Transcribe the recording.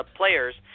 players